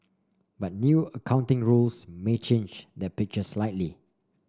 but new accounting rules may change that picture slightly